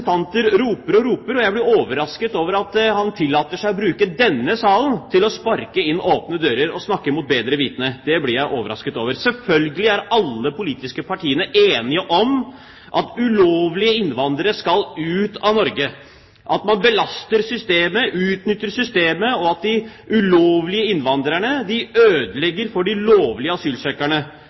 roper og roper, og jeg blir overrasket over at han tillater seg å bruke denne salen til å sparke inn åpne dører og snakke mot bedre vitende. Det blir jeg overrasket over. Selvfølgelig er alle de politiske partiene enige om at ulovlige innvandrere skal ut av Norge, at de belaster og utnytter systemet, og at de ulovlige innvandrerne ødelegger for de lovlige asylsøkerne,